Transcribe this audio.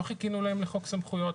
לא חיכינו להם לחוק סמכויות.